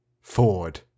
Ford